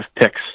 picks